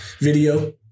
video